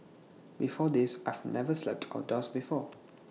before this I've never slept outdoors before